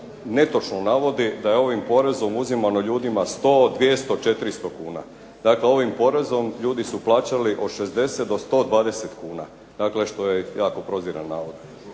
netočno navodi da je ovim porezom uzimano ljudima 100, 200, 400 kuna. Dakle ovim porezom ljudi su plaćali od 60 do 120 kuna, dakle što je jako proziran navod.